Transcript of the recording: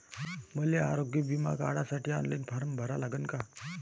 मले आरोग्य बिमा काढासाठी ऑनलाईन फारम भरा लागन का?